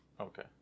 Okay